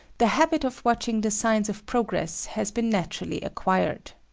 the habit of watching the signs of progress has been naturally acquired.